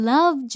Love